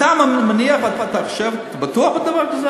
אתה מניח ואתה חושב, אתה בטוח בדבר כזה